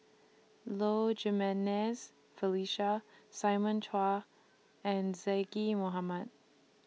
Low Jimenez Felicia Simon Chua and Zaqy Mohamad